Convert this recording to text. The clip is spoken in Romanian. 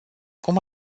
cum